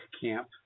camp